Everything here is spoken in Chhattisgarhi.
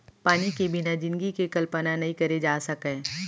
पानी के बिना जिनगी के कल्पना नइ करे जा सकय